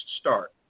start